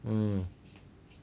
mm